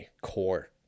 core